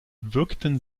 wirkten